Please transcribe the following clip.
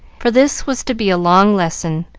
for this was to be a long lesson,